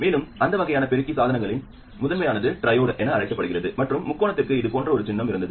மேலும் அந்த வகையான பெருக்கி சாதனங்களில் முதன்மையானது ட்ரையோட் என அழைக்கப்படுகிறது மற்றும் முக்கோணத்திற்கு இது போன்ற ஒரு சின்னம் இருந்தது